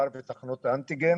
וכן, גם מה לגבי נתב"ג?